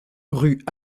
rue